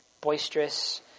Boisterous